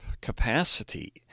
capacity